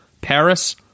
Paris